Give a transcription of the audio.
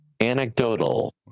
Anecdotal